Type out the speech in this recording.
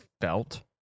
felt